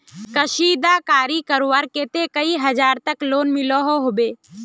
कशीदाकारी करवार केते कई हजार तक लोन मिलोहो होबे?